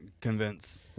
convince